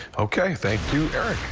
okay. thank you, eric.